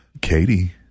Katie